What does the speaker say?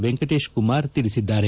ವೆಂಕಟೇಶ್ ಕುಮಾರ್ ತಿಳಿಸಿದ್ದಾರೆ